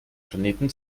planeten